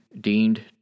deemed